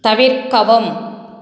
தவிர்க்கவும்